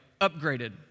upgraded